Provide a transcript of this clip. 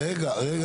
רגע, רגע.